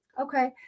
okay